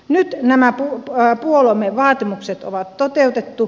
nyt nämä puolueemme vaatimukset on toteutettu